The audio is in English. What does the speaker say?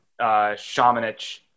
Shamanich